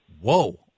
Whoa